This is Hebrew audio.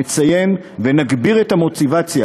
נציין ונגביר את המוטיבציה